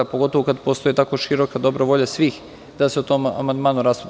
Pogotovo kada postoji tako široka dobra volja svih da se o tom amandmanu raspravlja.